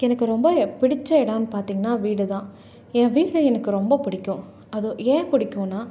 எனக்கு ரொம்ப பிடித்த இடன்னு பார்த்தீங்கன்னா வீடுதான் என் வீடு எனக்கு ரொம்ப பிடிக்கும் அது ஏன் பிடிக்குன்னா